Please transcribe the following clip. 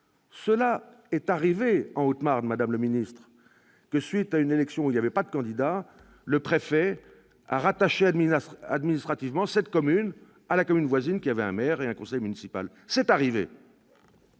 Cela est arrivé en Haute-Marne, madame la ministre. À la suite d'une élection où il n'y avait pas de candidat, le préfet a rattaché administrativement la commune à la commune voisine qui avait un maire et un conseil municipal. C'est arrivé !